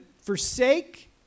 forsake